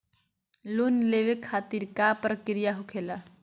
Loan लेवे खातिर का का प्रक्रिया होखेला?